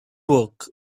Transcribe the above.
work